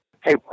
Hey